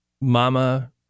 mama